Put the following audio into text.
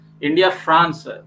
India-France